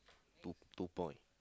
two two point